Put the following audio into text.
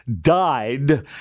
died